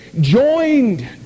joined